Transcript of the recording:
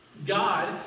God